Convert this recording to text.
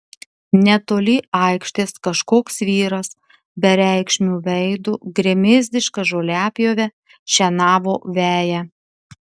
netoli aikštės kažkoks vyras bereikšmiu veidu gremėzdiška žoliapjove šienavo veją